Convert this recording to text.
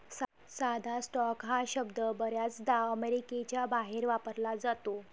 साधा स्टॉक हा शब्द बर्याचदा अमेरिकेच्या बाहेर वापरला जातो